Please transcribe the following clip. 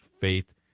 faith